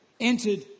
entered